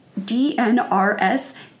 DNRS